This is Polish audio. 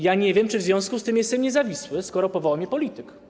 Ja nie wiem, czy w związku z tym jestem niezawisły, skoro powołał mnie polityk.